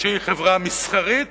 שהיא חברה מסחרית